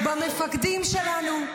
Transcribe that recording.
-- במפקדים שלנו.